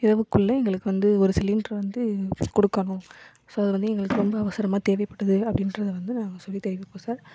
இரவுக்குள்ளே எங்களுக்கு வந்து ஒரு சிலிண்டர் வந்து கொடுக்கணும் ஸோ அது வந்து எங்களுக்கு ரொம்ப அவசரமாக தேவைப்படுது அப்படின்றத வந்து நான் சொல்லி தெரிவிக்கிறேன் சார்